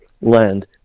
land